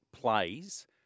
plays